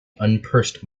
unpursed